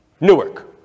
Newark